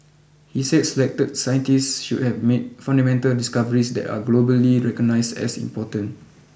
he said selected scientists should have made fundamental discoveries that are globally recognised as important